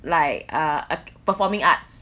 like ah uh performing arts